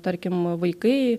tarkim vaikai